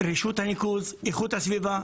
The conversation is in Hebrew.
רשות הניקוז, איכות הסביבה,